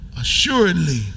Assuredly